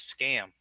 scam